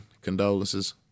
Condolences